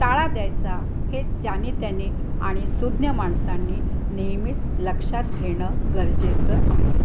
ताळा द्यायचा हे ज्यानी त्यानी आणि सूज्ञ माणसांनी नेहमीच लक्षात घेणं गरजेचं आहे